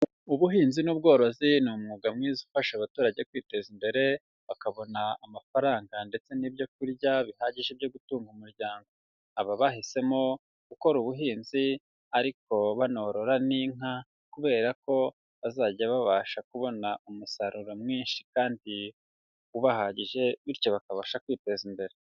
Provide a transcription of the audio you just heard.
Ubuhinzi n'ubworozi ni umwuga mwiza ufasha abaturage kwiteza imbere, bakabona amafaranga ndetse n'ibyo kurya bihagije byo gutunga umuryango, aba bahisemo gukora ubuhinzi ariko banorora n'inka kubera ko bazajya babasha kubona umusaruro mwinshi kandi ubahagije, bityo bakabasha kwiteza imbere.